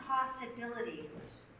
possibilities